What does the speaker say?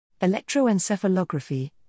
Electroencephalography